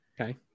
Okay